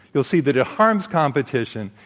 you'll see that it harms competition.